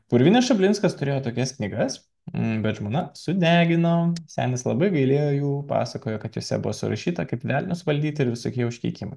purvinis šablinskas turėjo tokias knygas bet žmona sudegino senis labai gailėjo jų pasakojo kad jose buvo surašyta kaip velnius valdyti ir visokie užkeikimai